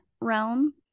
realm